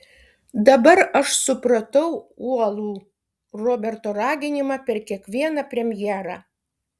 dabar aš supratau uolų roberto raginimą per kiekvieną premjerą